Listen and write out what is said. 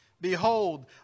Behold